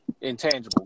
Intangible